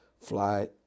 fly